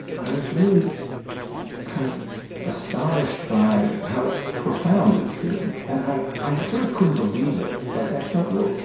i was really kind of astonished by how profound it seemed. and i i sort of couldn't believe it. like, i thought, well,